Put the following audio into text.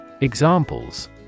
Examples